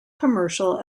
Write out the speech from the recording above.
commercial